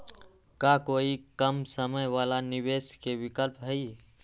का कोई कम समय वाला निवेस के विकल्प हई?